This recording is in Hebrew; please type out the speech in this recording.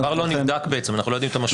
הדבר לא נבדק בעצם, אנחנו לא יודעים את המשמעות.